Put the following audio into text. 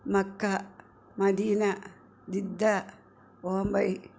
Mecca Medina Jeddah Bombay